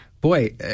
Boy